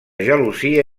gelosia